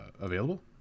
available